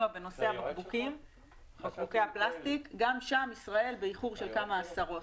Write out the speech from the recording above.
בנושא בקבוקי הפלסטיק וגם שם ישראל באיחור של כמה עשרות